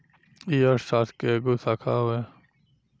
ई अर्थशास्त्र के एगो शाखा हवे